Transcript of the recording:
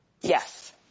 Yes